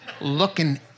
looking